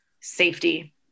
safety